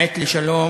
גם ספדנו וגם רקדנו,